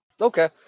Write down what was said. Okay